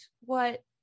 what-